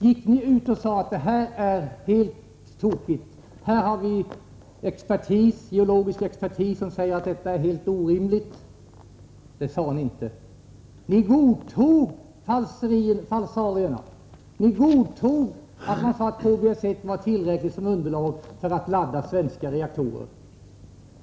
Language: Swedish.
Gick ni ut och sade att det här är helt tokigt, och vi har geologisk expertis som säger att detta är helt orimligt? Det sade ni inte. Ni godtog falsarierna. Ni godtog att man sade att KBS 1 var tillräckligt som underlag för laddning av svenska reaktorer.